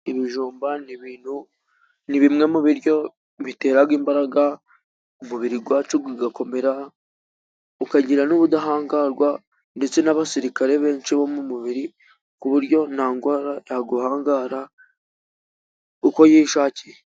Ibijumba ni bimwe mu biryo biterara imbaraga ,umubiri wacu ugakomera ukagira n'ubudahangarwa ,ndetse n'abasirikare benshi bo mu mubiri ,ku buryo nta ndwara yaguhangara uko yishakiye.